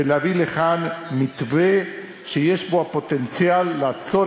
ולהביא לכאן מתווה שיש בו הפוטנציאל לעצור